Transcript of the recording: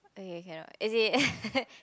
okay cannot as in